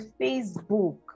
facebook